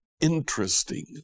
interesting